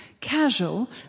casual